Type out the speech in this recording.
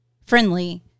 friendly